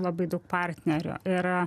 labai daug partnerių ir